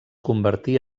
convertí